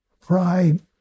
pride